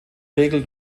regel